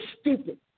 stupid